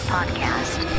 Podcast